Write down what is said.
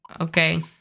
Okay